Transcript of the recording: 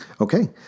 Okay